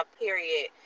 period